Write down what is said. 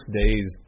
days